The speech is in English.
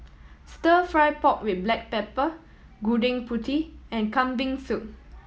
Stir Fry pork with black pepper Gudeg Putih and Kambing Soup